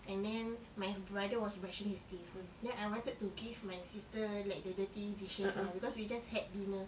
and then my brother was brushing his teeth then I wanted to give my sister like the dirty dishes lah because we just had dinner